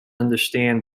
understand